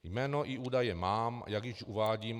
Jméno i údaje mám, jak již uvádím.